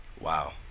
Wow